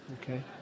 okay